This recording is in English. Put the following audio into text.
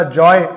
joy